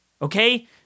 Okay